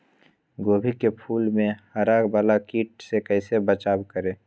गोभी के फूल मे हरा वाला कीट से कैसे बचाब करें?